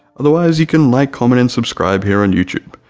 otherwise you can like, comment and subscribe here on youtube,